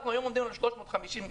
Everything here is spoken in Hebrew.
אנחנו עומדים היום על 350 מתים,